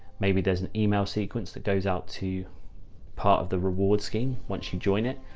maybe there's an email sequence that goes out to part of the reward scheme. once you join it,